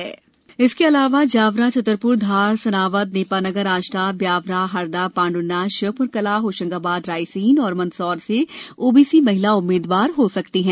निकाय आरक्षण इसके अलावा जावरा छतरप्र धार सनावद नेपानगर आष्टा ब्यावरा हरदा पांढ्ना श्योप्र कला होशंगाबाद रायसेन और मंदसौर से ओबीसी महिला उम्मीदवार हो सकती हैं